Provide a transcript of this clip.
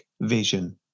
vision